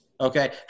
Okay